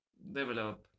develop